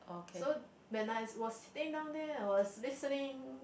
so when I was stay down there I was listening